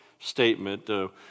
statement